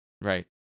right